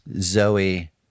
Zoe